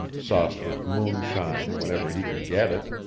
sauced with moonshine, whenever he could get it.